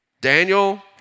Daniel